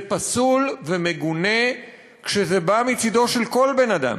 זה פסול ומגונה כשזה בא מצדו של כל בן-אדם.